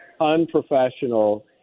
unprofessional